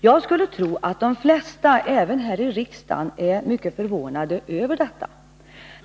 Jag skulle tro att de flesta — även här i riksdagen — är mycket förvånade över detta.